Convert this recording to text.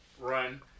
run